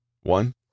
One